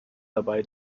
dabei